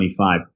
25